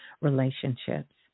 relationships